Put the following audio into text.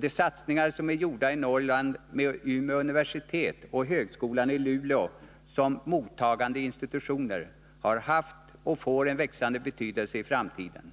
De satsningar som är gjorda i Norrland med Umeå Nr 8 universitet och högskolan i Luleå som mottagande institutioner har haft och får en växande betydelse i framtiden.